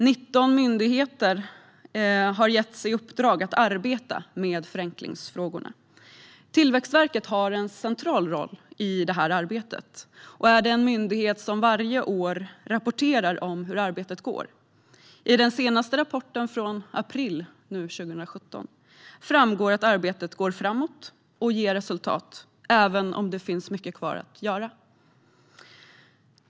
19 myndigheter har getts i uppdrag att arbeta med förenklingsfrågorna. Tillväxtverket har en central roll i det här arbetet och är den myndighet som varje år rapporterar om hur arbetet går. I den senaste rapporten från april 2017 framgår att arbetet går framåt och ger resultat, även om det finns mycket kvar att göra.